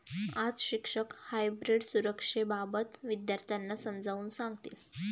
आज शिक्षक हायब्रीड सुरक्षेबाबत विद्यार्थ्यांना समजावून सांगतील